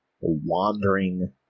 wandering